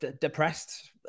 Depressed